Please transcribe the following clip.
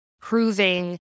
proving